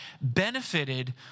benefited